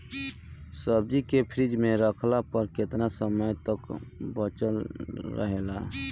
सब्जी के फिज में रखला पर केतना समय तक बचल रहेला?